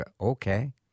Okay